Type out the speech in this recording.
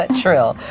ah trill,